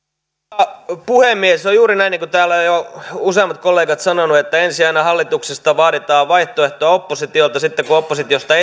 arvoisa puhemies se on juuri näin niin kuin täällä jo jo useammat kollegat ovat sanoneet että aina ensin hallituksesta vaaditaan vaihtoehtoa oppositiolta ja sitten kun oppositiosta